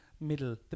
middle